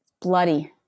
bloody